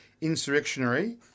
insurrectionary